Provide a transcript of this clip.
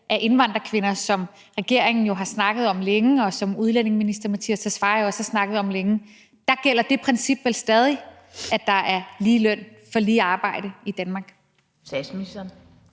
af indvandrerkvinder, som regeringen jo har snakket om længe, og som udlændinge- og integrationsministeren også har snakket om længe, gælder det princip vel stadig, at der er lige løn for lige arbejde i Danmark?